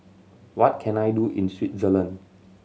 what can I do in Switzerland